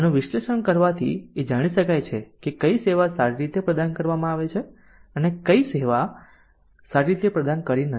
આનું વિશ્લેષણ કરવાથી એ જાણી શકાય છે કે કઈ સેવા સારી રીતે પ્રદાન કરવામાં આવે છે અને કઈ સેવા સારી રીતે પ્રદાન નથી થતી